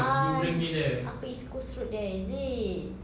ah upper east coast road there is it